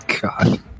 God